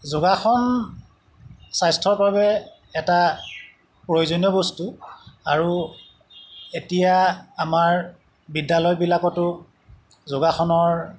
যোগাসন স্বাস্থ্যৰ বাবে এটা প্ৰয়োজনীয় বস্তু আৰু এতিয়া আমাৰ বিদ্যালয়বিলাকতো যোগাসনৰ